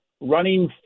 running